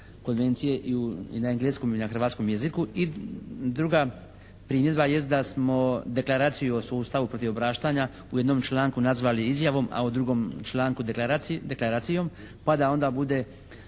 konvencije i na engleskom i na hrvatskom jeziku. I druga primjedba jest da smo deklaraciju o sustavu protiv obraštanja u jednom članku nazvali izjavom a u drugom članku deklaracijom pa da onda bude